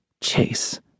Chase